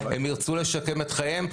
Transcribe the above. הם ירצו לשקם את חייהם,